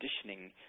conditioning